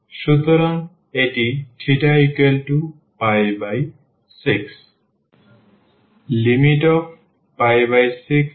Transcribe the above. সুতরাং এটি 6